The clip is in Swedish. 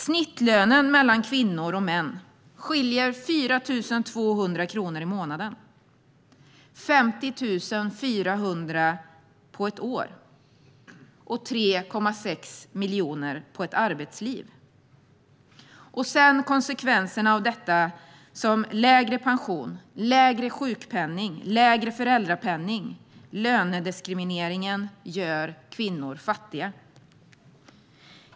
Snittlönen mellan kvinnor och män skiljer sig med 4 200 kronor i månaden, 50 400 på ett år och 3,6 miljoner på ett arbetsliv. Sedan tillkommer konsekvenserna av detta som lägre pension, lägre sjukpenning och lägre föräldrapenning. Lönediskrimineringen gör kvinnor fattiga.